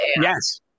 yes